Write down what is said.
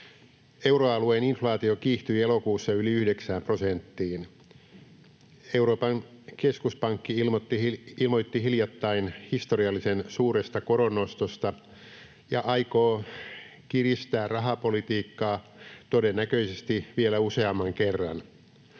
Euroalueen inflaatio kiihtyi elokuussa yli yhdeksään prosenttiin. Euroopan keskuspankki ilmoitti hiljattain historiallisen suuresta koron nostosta ja aikoo kiristää rahapolitiikkaa todennäköisesti vielä useamman kerran.